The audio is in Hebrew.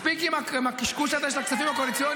מספיק עם הקשקוש הזה של הכספים הקואליציוניים.